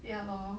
ya lor